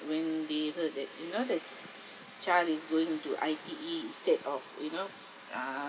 when they heard that you know the child is going to I_T_E instead of you know